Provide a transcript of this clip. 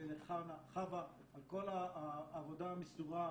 ולחוה על כל העבודה המסורה,